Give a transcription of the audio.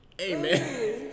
Amen